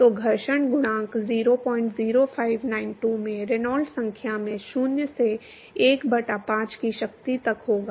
तो घर्षण गुणांक 00592 में रेनॉल्ड्स संख्या में शून्य से 1 बटा 5 की शक्ति तक होगा